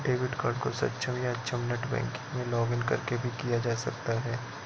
debit card को सक्षम या अक्षम नेट बैंकिंग में लॉगिंन करके भी किया जा सकता है